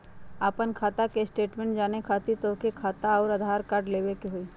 आपन खाता के स्टेटमेंट जाने खातिर तोहके खाता अऊर आधार कार्ड लबे के होइ?